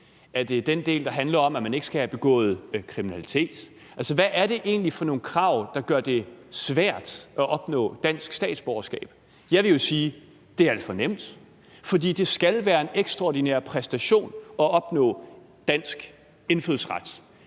Er det den del, der handler om, at man ikke skal have begået kriminalitet? Hvad er det egentlig for nogle krav, der gør det svært at opnå dansk statsborgerskab? Jeg vil jo sige, at det er alt for nemt, fordi det skal være en ekstraordinær præstation at opnå dansk indfødsret.